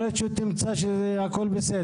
הרי יכול להיות שהיא תימצא שהכול בסדר,